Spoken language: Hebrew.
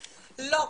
לא,